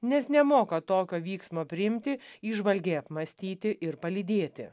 nes nemoka tokio vyksmo priimti įžvalgiai apmąstyti ir palydėti